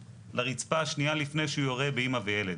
לרצפה שנייה לפני שהוא יורה באימא ובילד.